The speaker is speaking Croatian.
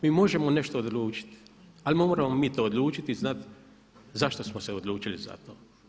Mi možemo nešto odlučiti, ali moramo mi to odlučiti, znati zašto smo se odlučili za to.